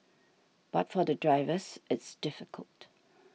but for the drivers it's difficult